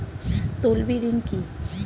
তলবি ঋন কি?